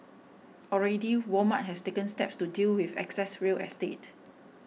already Walmart has taken steps to deal with excess real estate